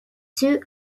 two